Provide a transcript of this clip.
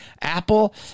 Apple